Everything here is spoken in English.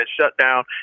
shutdown